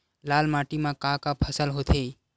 लाल माटी म का का फसल होथे?